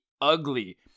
ugly